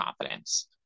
confidence